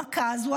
ההעמקה הזאת,